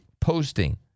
posting